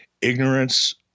Ignorance